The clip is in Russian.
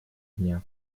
дня